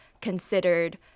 considered